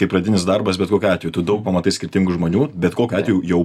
kai pradinis darbas bet kokiu atveju tu daug pamatai skirtingų žmonių bet kokiu atveju jau